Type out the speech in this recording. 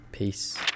Peace